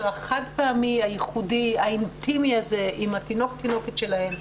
החד-פעמי הייחודי האינטימי הזה עם התינוק או התינוקת שלהם,